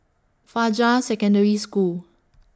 Fajar Secondary School